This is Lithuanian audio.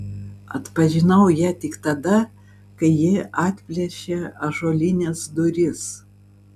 atpažinau ją tik tada kai ji atplėšė ąžuolines duris